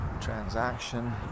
transaction